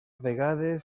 vegades